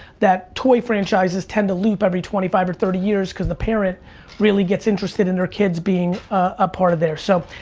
that toy franchises tend to loop every twenty five or thirty years cause the parent really gets interested in their kids being a part of there. so,